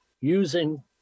using